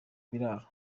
biraro